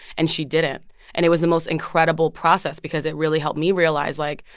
and she didn't. and it was the most incredible process because it really helped me realize, like,